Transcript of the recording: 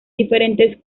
diferentes